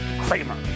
Kramer